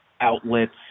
outlets